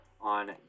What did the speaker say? on